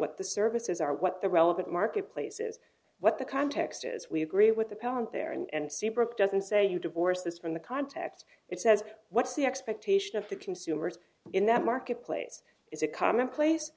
what the services are what the relevant marketplace is what the context is we agree with the parent there and seabrooke doesn't say you divorce this from the context it says what's the expectation of the consumers in that marketplace is a commonplace